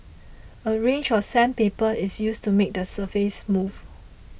a range of sandpaper is used to make the surface smooth